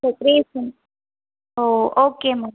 decoration oh okay ma'am